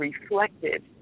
reflected